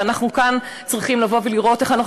ואנחנו כאן צריכים לבוא ולראות איך אנחנו